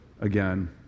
again